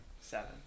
Seven